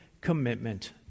commitment